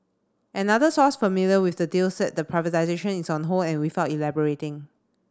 another source familiar with the deal said the privatisation is on hold and without elaborating